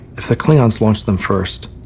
if the klingons launched them first,